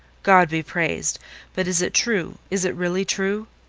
god be praised but is it true? is it really true?